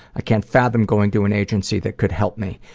i can't fathom going to an agency that could help me.